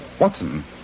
Watson